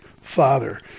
father